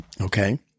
Okay